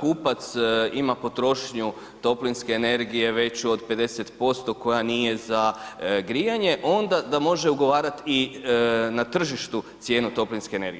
kupac ima potrošnju toplinske energije veću od 50% koja nije za grijanje onda da može ugovarat i na tržištu cijenu toplinske energije.